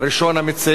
ראשון המציעים,